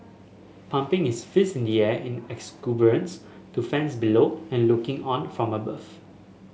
pumping his fist in the air in exuberance to fans below and looking on from above